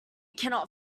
cannot